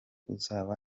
uzabona